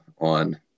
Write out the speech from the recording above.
On